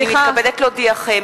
הנני מתכבדת להודיעכם,